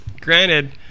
Granted